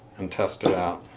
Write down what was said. and test it out.